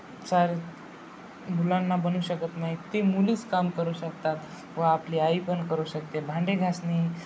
सारी मुलांना बनू शकत नाही ती मुलीच काम करू शकतात व आपली आई पण करू शकते भांडे घासणे